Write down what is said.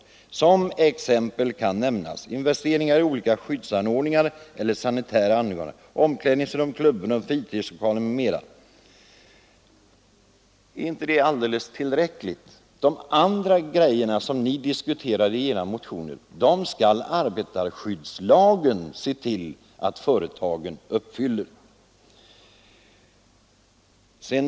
Som exempel kan nämnas investeringar i olika skyddsanordningar eller sanitära anordningar, omklädningsrum, klubbrum, fritidslokaler m.m.” Är inte det tillräckligt? Det är arbetarskyddslagen som skall se till, att de andra önskemål som ni tar upp i era motioner blir uppfyllda av företagen.